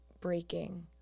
breaking